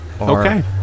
Okay